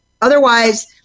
Otherwise